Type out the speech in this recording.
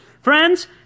Friends